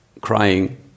crying